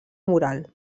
moral